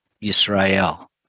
Israel